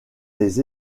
les